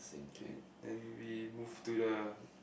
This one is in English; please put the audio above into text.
okay then we move to the